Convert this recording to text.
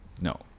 no